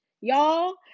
y'all